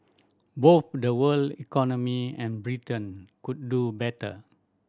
both the world economy and Britain could do better